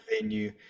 venue